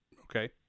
Okay